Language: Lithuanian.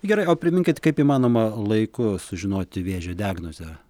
gerai o priminkit kaip įmanoma laiku sužinoti vėžio diagnozę